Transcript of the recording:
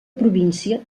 província